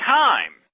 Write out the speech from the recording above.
time